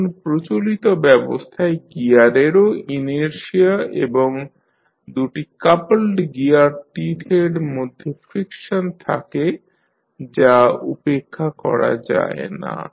এখন প্রচলিত অবস্থায় গিয়ারেরও ইনারশিয়া এবং দু'টি কাপল্ড গিয়ার টিথ এর মধ্যে ফ্রিকশন থাকে যা উপেক্ষা করা যায় না